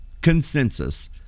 consensus